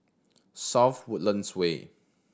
South Woodlands Way